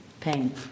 Pain